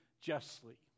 justly